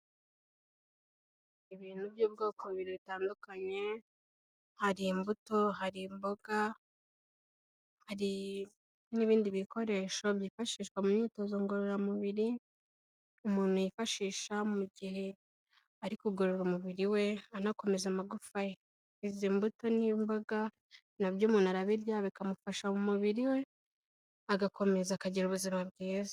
Ibintu by'ubwoko bibiri bitandukanye, hari imbuto, hari imboga, hari n'ibindi bikoresho byifashishwa mu myitozo ngororamubiri, umuntu yifashisha mu gihe ari kugorora umubiri we anakomeza amagufa, izi mbuto n'imboga na byo umuntu arabirya bikamufasha mu mubiri we agakomeza akagira ubuzima bwiza.